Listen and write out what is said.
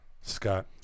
Scott